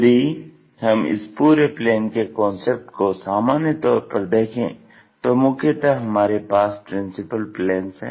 यदि हम इस पूरे प्लेन के कांसेप्ट को सामान्यतौर पर देखें तो मुख्यतः हमारे पास प्रिंसिपल प्लेन्स हैं